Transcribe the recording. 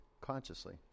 consciously